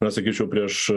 na sakyčiau prieš